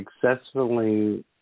successfully